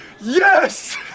Yes